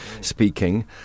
speaking